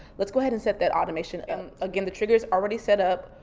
let's go ahead and set that automation. um again, the trigger's already set up.